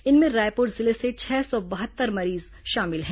इनमें रायपुर जिले से छह सौ बहत्तर मरीज शामिल हैं